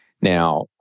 Now